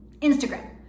Instagram